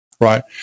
Right